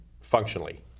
functionally